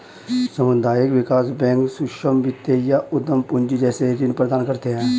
सामुदायिक विकास बैंक सूक्ष्म वित्त या उद्धम पूँजी जैसे ऋण प्रदान करते है